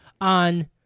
on